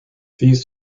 these